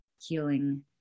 healing